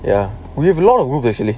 ya we have a lot of movies actually